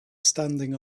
standing